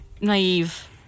naive